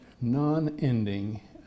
non-ending